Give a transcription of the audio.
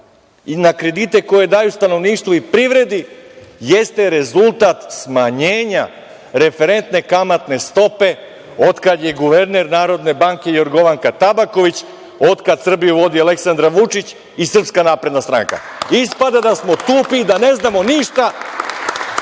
na kredite koje daju stanovništvu i privredi jeste rezultat smanjenja referentne kamatne stope od kad je guverner Narodne banke Jorgovanka Tabaković, od kad Srbiju vodi Aleksandar Vučić i Srpska napredna stranka. Ispada da smo tupi i glupi, da ne znamo niša,